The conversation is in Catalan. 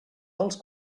dels